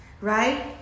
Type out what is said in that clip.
right